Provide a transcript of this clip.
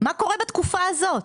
מה קורה בתקופה הזאת?